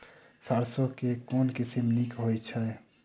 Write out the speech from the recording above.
सैरसो केँ के किसिम नीक होइ छै?